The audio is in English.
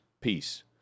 Peace